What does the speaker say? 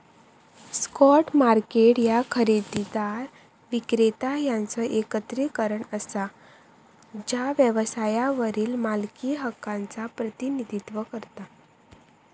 stock market ह्या खरेदीदार, विक्रेता यांचो एकत्रीकरण असा जा व्यवसायावरल्या मालकी हक्कांचा प्रतिनिधित्व करता